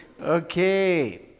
Okay